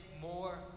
more